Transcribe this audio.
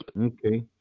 Okay